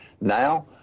Now